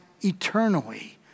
eternally